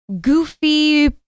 goofy